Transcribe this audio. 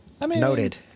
noted